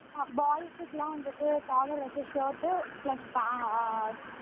ஆ பாய்ஸ்குலாம் வந்துட்டு காலர் வச்ச ஷர்ட்டு பிளஸ் பா